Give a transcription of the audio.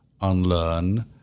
unlearn